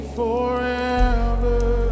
forever